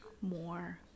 more